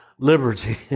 Liberty